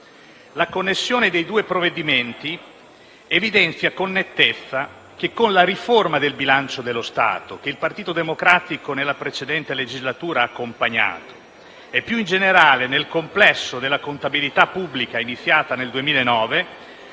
La connessione dei due provvedimenti evidenzia con nettezza che con la riforma del bilancio dello Stato, che il Partito Democratico nella precedente legislatura ha accompagnato e, più in generale, della contabilità pubblica iniziata nel 2009